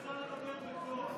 אפשר לדבר בקול.